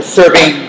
serving